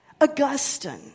Augustine